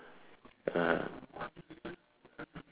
(uh huh)